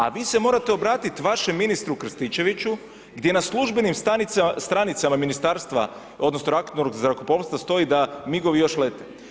A vi se morate obratiti vašem ministru Krstičeviću gdje na službenim stranicama Ministarstva, odnosno ratnog zrakoplovstva stoji da migovi još lete.